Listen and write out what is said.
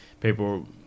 people